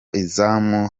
izamu